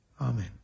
Amen